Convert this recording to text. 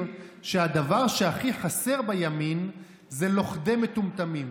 שהדבר שהכי חסר בימין זה לוכדי מטומטמים.